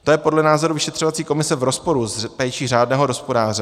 To je podle názoru vyšetřovací komise v rozporu s péčí řádného hospodáře.